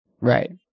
right